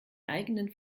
eigenen